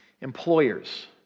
Employers